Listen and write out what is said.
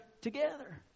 together